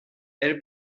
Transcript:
elle